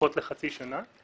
הופכות לחצי שנה,